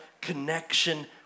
connection